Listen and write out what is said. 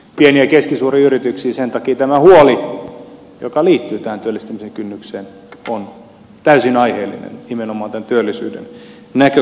sen takia tämä huoli joka liittyy tähän työllistämisen kynnykseen on täysin aiheellinen nimenomaan tämän työllisyyden näkökulmasta